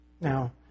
Now